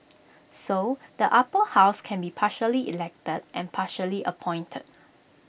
so the Upper House can be partially elected and partially appointed